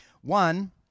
One